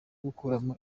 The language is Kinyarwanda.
gukuramo